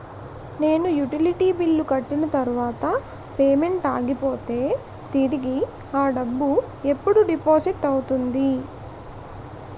నేను utility bill కట్టిన తర్వాత పేమెంట్ ఆగిపోతే తిరిగి అ డబ్బు ఎప్పుడు డిపాజిట్ అవుతుంది?